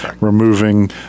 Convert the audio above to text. removing